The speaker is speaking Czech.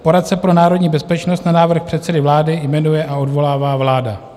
Poradce pro národní bezpečnost na návrh předsedy vlády jmenuje a odvolává vláda.